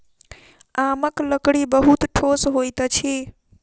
आमक लकड़ी बहुत ठोस होइत अछि